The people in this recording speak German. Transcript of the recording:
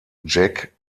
jack